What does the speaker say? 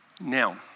Now